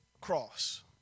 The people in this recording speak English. cross